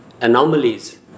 anomalies